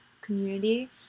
community